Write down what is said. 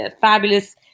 fabulous